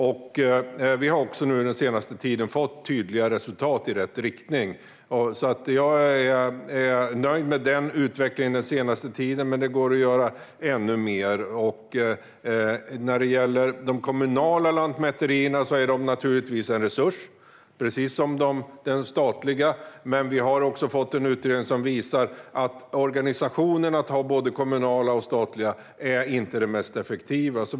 Den senaste tiden har vi fått tydliga resultat i rätt riktning. Jag är nöjd med utvecklingen på sistone, men det går att göra ännu mer. De kommunala lantmäterierna är naturligtvis en resurs, precis som den statliga, men vi har fått en utredning som visar att organisationen att ha både kommunala och statliga inte är det mest effektiva.